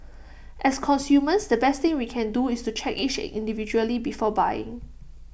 as consumers the best thing we can do is to check each egg individually before buying